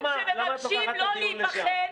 למה את לוקחת את הדיון לשם?